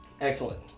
excellent